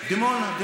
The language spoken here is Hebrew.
לדימונה בערבית?